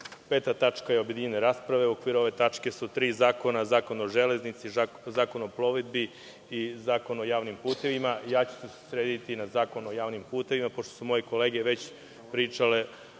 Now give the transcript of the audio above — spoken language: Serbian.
peta tačka je objedinjena rasprava. U okviru ove tačke su tri zakona: Zakon o železnici, Zakon o plovidbi i Zakon o javnim putevima. Ja ću se usredsrediti na Zakon o javnim putevima, pošto su moje kolege već pričale